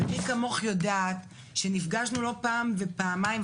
מי כמוך יודעת שנפגשנו לא פעם ופעמיים,